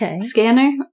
scanner